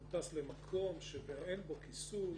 הוא טס למקום שאין בו כיסוי